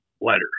letter